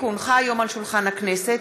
כי הונחה היום על שולחן הכנסת,